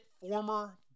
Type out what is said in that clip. former